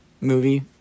movie